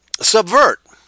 subvert